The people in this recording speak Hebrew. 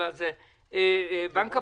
בנק הפועלים,